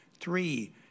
Three